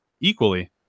equally